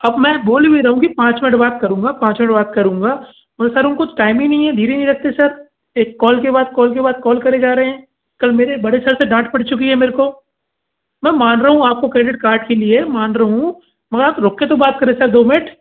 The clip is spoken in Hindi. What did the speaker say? अब मैं बोल भी रहा हूँ कि पाँच मिनट बात करूँगा पाँच मिनट बात करूँगा मगर सर उनको टाइम ही नहीं है धीरज ही नहीं रखते सर एक कॉल के बाद कॉल के बाद कॉल करे जा रहे हैं कल मेरे बड़े सर से डाँट पड़ चुकी है मेरे को मैं मान रहा हूँ आपको क्रेडिट कार्ड के लिए मान रहा हूँ मगर आप रुके तो बात करें सर दो मिनट